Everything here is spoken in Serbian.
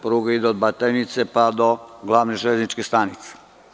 Pruga ide od Batajnice pa do glavne železničke stanice.